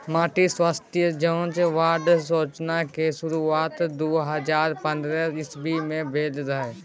माटि स्वास्थ्य जाँच कार्ड योजना केर शुरुआत दु हजार पंद्रह इस्बी मे भेल रहय